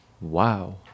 Wow